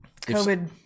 COVID